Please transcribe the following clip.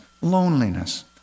loneliness